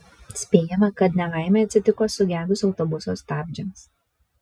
spėjama kad nelaimė atsitiko sugedus autobuso stabdžiams